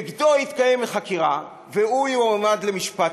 נגדו מתקיימת חקירה, והוא יועמד למשפט.